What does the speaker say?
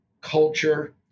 culture